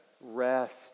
Rest